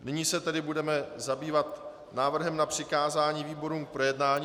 Nyní se budeme zabývat návrhem na přikázání výborům k projednání.